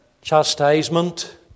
chastisement